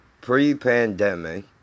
pre-pandemic